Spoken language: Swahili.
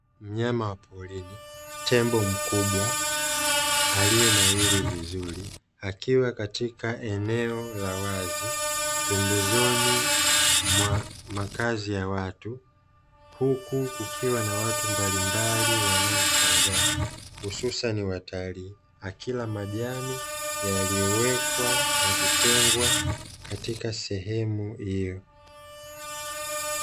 Mnyama wa porini tembo mkubwa aliye nawiri vizuri, akiwa katika eneo la wazi pembezoni mwa makazi ya watu, huku kukiwa na watu mbalimbali wanaomshangaa hususani watali akila majani yaliyowekwa na kutengwa katika sehemu hiyo.